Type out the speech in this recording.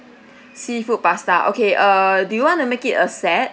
seafood pasta okay err do you want to make it a set